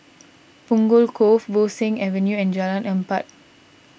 Punggol Cove Bo Seng Avenue and Jalan Empat